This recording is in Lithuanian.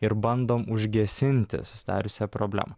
ir bandom užgesinti susidariusią problemą